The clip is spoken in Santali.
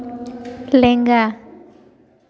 ᱞᱮᱸᱜᱟ